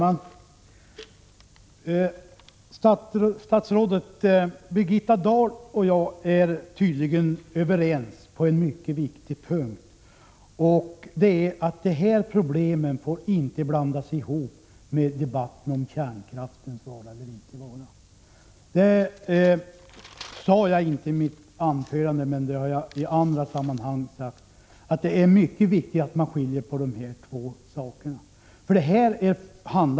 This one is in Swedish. Herr talman! Statsrådet Birgitta Dahl och jag är tydligen överens på en mycket viktig punkt, nämligen att de här problemen inte får blandas ihop med kärnkraftens vara eller inte vara. Jag sade inte i mitt anförande nyss, men det har jag sagt i andra sammanhang, att det är mycket viktigt att man skiljer på dessa två saker.